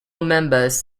members